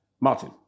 Martin